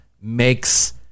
makes